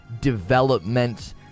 development